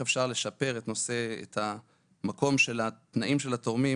אפשר לשפר את המקום של התנאים של התורמים